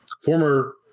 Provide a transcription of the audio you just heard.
Former